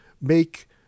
make